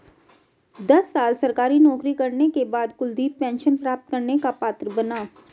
दस साल सरकारी नौकरी करने के बाद कुलदीप पेंशन प्राप्त करने का पात्र बना